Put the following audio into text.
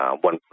one